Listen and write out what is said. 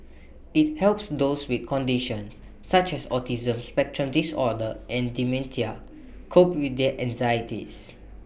IT helps those with conditions such as autism spectrum disorder and dementia cope with their anxieties